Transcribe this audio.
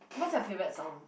what's your favorite song